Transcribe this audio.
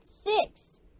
six